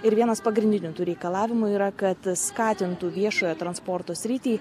ir vienas pagrindinių tų reikalavimų yra kad skatintų viešojo transporto sritį